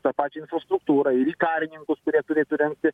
tą pačią infrastruktūrą ir į karininkus kurie turėtų rengti